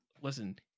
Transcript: listen